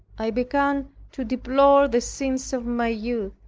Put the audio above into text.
i began to deplore the sins of my youth.